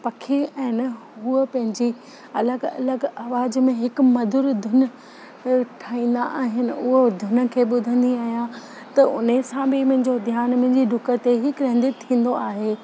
पखी आहिनिहुअ पंहिंजी अलॻि अलॻि आवाज़ में हिकु मधुर धुन उहे ठाहींदा आहिनि उहो धुन खे ॿुधंदी आहियां त उन सां बि मुंहिंजो ध्यानु डुक ते ई केंद्रीत थींदो आहे